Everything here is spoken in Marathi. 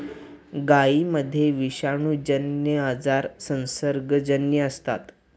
गायींमध्ये विषाणूजन्य आजार संसर्गजन्य असतात